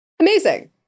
Amazing